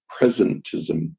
presentism